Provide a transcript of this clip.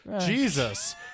Jesus